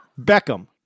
Beckham